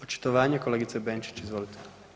Očitovanje kolegice Benčić, izvolite.